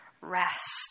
rest